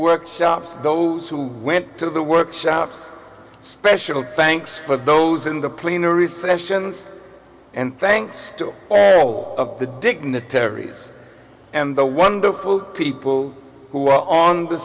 workshops those who went to the workshops special thanks for those in the plenary sessions and thanks to all of the dignitaries and the wonderful people who are on the